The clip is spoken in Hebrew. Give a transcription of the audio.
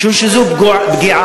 משום שזו פגיעה.